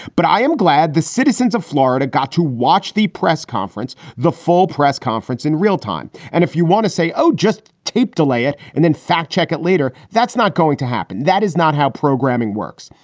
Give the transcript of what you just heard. but i am glad the citizens of florida got to watch the press conference, the full press conference in real time. and if you want to say, oh, just tape, delay it and then fact check it later. that's not going to happen. that is not how programming works.